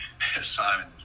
Simon